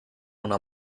una